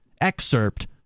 excerpt